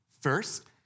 First